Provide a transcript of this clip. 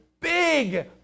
big